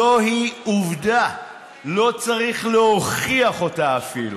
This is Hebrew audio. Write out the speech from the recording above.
זוהי עובדה, לא צריך להוכיח אותה אפילו.